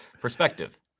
Perspective